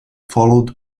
followed